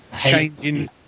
changing